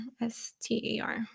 s-t-a-r